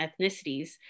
ethnicities